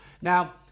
Now